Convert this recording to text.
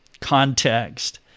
context